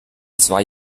zwei